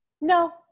No